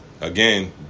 again